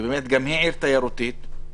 שגם היא עיר תיירותית,